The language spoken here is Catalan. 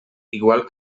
igual